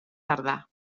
tardà